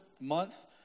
month